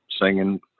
singing